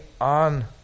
on